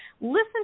listen